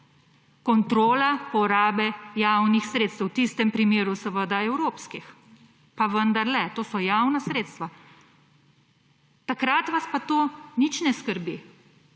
kontrola porabe javnih sredstev, v tistem primeru seveda evropskih, pa vendarle, to so javna sredstva. Takrat vas pa to nič ne skrbi.